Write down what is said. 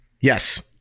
Yes